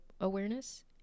awareness